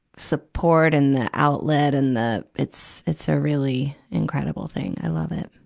support and the outlet and the it's, it's a really incredible thing, i love it.